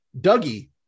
Dougie